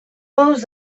moduz